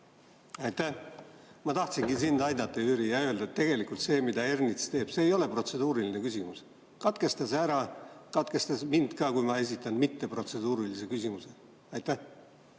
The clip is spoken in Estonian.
Aitäh! Ma tahtsingi sind, Jüri, aidata ja öelda, et tegelikult see, mida Ernits teeb, ei ole protseduuriline küsimus. Katkesta see ära. Katkesta mind ka, kui ma esitan mitteprotseduurilise küsimuse. Aitäh!